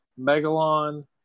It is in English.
Megalon